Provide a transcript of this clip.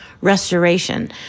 restoration